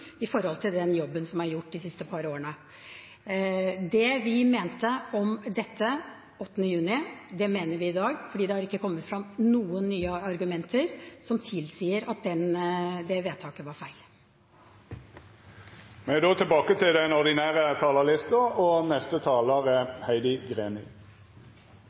i forhold til den jobben som er gjort de siste par årene Det vi mente om dette den 8. juni, det mener vi i dag, for det har ikke kommet frem noen nye argumenter som tilsier at det vedtaket var feil. Replikkordskiftet er slutt. Mange kommuner har satt sin lit til